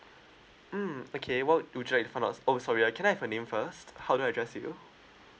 mm okay what would you like find out oh sorry uh can I have your name first how do I address you